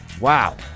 Wow